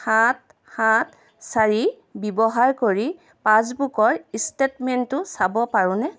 সাত সাত চাৰি ব্যৱহাৰ কৰি পাছবুকৰ ষ্টেটমেণ্টটো চাব পাৰোঁনে